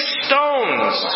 stones